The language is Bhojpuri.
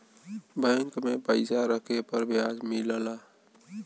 बैंक में पइसा रखे पर बियाज मिलला